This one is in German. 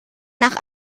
nach